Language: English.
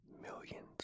millions